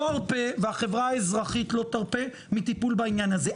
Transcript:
והחברה האזרחית לא תרפה מטיפול בעניין הזה,